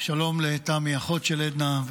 שלום לתמי אחות של עדנה,